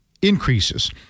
Increases